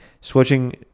Switching